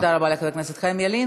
תודה רבה לחבר הכנסת חיים ילין.